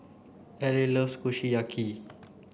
Elie loves Kushiyaki